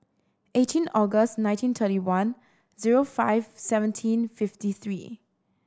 eighteen August nineteen thirty one zero five seventeen fifty three